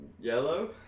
yellow